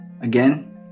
again